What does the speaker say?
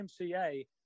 MCA